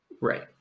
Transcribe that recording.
right